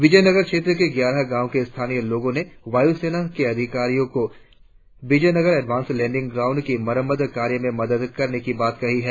विजयनगर क्षेत्र के ग्यारह गांवों के स्थानीय लोगों ने वायुसेना के अधिकारियों को विजयनगर एडवांस लैंडिंग ग्राउण्ड की मरम्मत कार्य में मदद करने की बात कही है